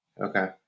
Okay